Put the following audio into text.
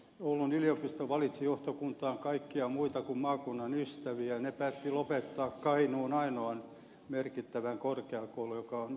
oulun yliopisto valitsi johtokuntaan kaikkia muita kuin maakunnan ystäviä ja he päättivät lopettaa kainuun ainoan merkittävän korkeakoulun mikä on isku sinänsä